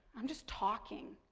i'm just talking.